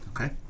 okay